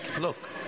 look